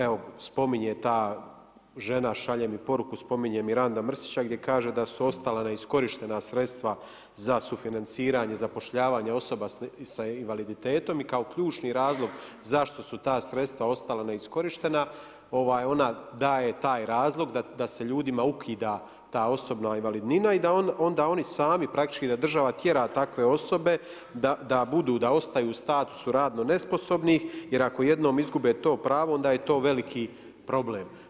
Evo spominje ta žena, šalje mi poruku, spominje Miranda Mrsića gdje kaže da su ostala neiskorištena sredstva za sufinanciranje zapošljavanja osoba s invaliditetom i kao ključni razlog zašto su ta sredstva ostala neiskorištena, ona daje taj razlog da se ljudima ukida ta osobna invalidnina i da onda oni sami praktički da država tjera takve osobe da ostaju u statusu radno nesposobnih jer ako jednom izgube to pravo, onda je to veliki problem.